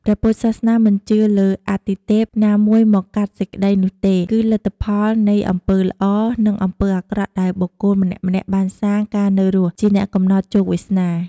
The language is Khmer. ព្រះពុទ្ធសាសនាមិនជឿលើអាទិទេពណាមួយមកកាត់សេចក្ដីនោះទេ គឺលទ្ធផលនៃអំពើល្អ និងអំពើអាក្រក់ដែលបុគ្គលម្នាក់ៗបានសាងកាលនៅរស់ជាអ្នកកំណត់ជោគវាសនា។